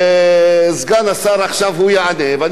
עכשיו והממשלה תתנגד לזה.